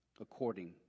according